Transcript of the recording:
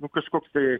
nu kažkoks tai